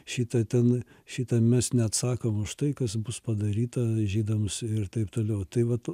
šitą ten šitą mes neatsakom už tai kas bus padaryta žydams ir taip toliau tai vat